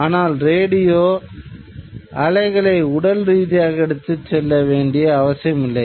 ஆனால் ரேடியோ அலைகளை உடல் ரீதியாக எடுத்துச் செல்ல வேண்டிய அவசியமில்லை